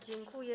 Dziękuję.